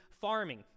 farming